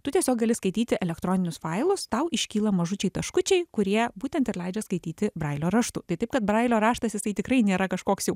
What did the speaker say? tu tiesiog gali skaityti elektroninius failus tau iškyla mažučiai taškučiai kurie būtent ir leidžia skaityti brailio raštu tai taip kad brailio raštas jisai tikrai nėra kažkoks jau